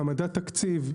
העמדת תקציב,